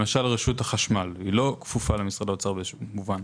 למשל רשות החשמל לא כפופה למשרד האוצר בשום מובן,